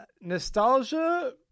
Nostalgia